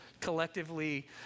collectively